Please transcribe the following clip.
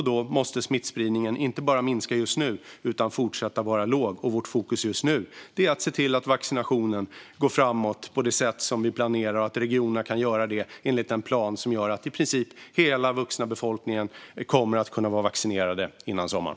Då måste smittspridningen inte bara minska just nu utan fortsätta att vara låg. Vårt fokus just nu är att se till att vaccinationen går framåt på det sätt som vi planerar och att regionerna kan göra detta enligt den plan som innebär att i princip hela den vuxna befolkningen kommer att kunna vara vaccinerad före sommaren.